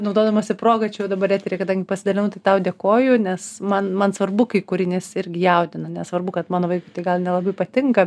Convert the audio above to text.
naudodamasi proga čia dabar eteryje kadangi pasidalinau tai tau dėkoju nes man man svarbu kai kūrinys irgi jaudina nesvarbu kad mano vaikui tai gal nelabai patinka